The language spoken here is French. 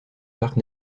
parcs